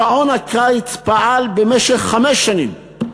שעון הקיץ פעל במשך חמש שנים,